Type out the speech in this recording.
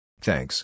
Thanks